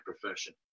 profession